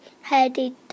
headed